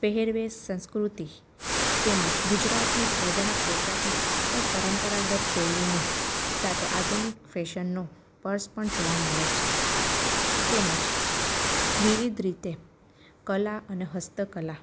પહેરવેશ સંસ્કૃતિ તેમજ ગુજરાતની પ્રજાનાં પોષાકમાં પણ પરંપરાગત શૈલીની સાથે આધુનિક ફેશનનો સ્પર્શ પણ જોવા મળે છે તેમજ વિવિધ રીતે કલા અને હસ્તકલા